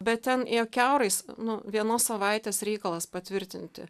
bet ten ėjo kiaurais nu vienos savaitės reikalas patvirtinti